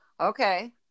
Okay